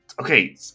okay